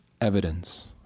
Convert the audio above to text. evidence